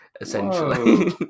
essentially